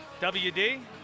WD